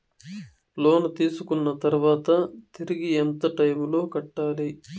లోను తీసుకున్న తర్వాత తిరిగి ఎంత టైములో కట్టాలి